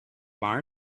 bar